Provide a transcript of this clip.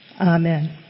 Amen